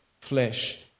flesh